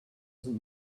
sind